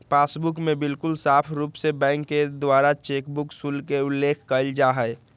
passbook में बिल्कुल साफ़ रूप से बैंक के द्वारा चेकबुक शुल्क के उल्लेख कइल जाहई